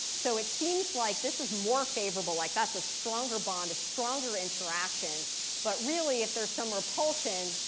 so it seems like this is more favorable, like that's a stronger bond, a stronger interaction but really, if there's some repulsion,